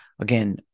again